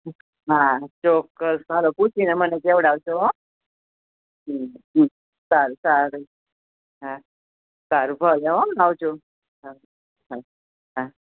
હા ચોક્કસ ચાલો પૂછી ને મને કહેવડાવજો હોં હમ હમ સારું સારું હા સારું ભલે હોં આવજો હા હા હા